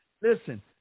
Listen